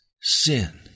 sin